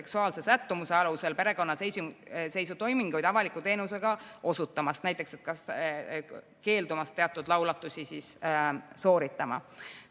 seksuaalse sättumuse alusel perekonnaseisutoiminguid avaliku teenusena osutamast, näiteks keelduda teatud laulatusi sooritamast.